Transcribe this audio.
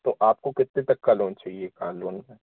तो आपको कितने तक का लोन चाहिए कार लोन में